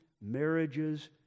marriages